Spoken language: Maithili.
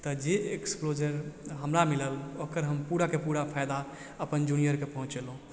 तऽ जे एक्सप्लोजर हमरा मिलल ओकर हम पूराके पूरा फायदा अपन जूनियरके पहुचेलहुॅं